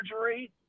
surgery